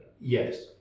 yes